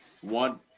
one